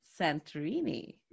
Santorini